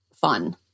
fun